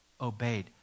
obeyed